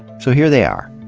so, here they are.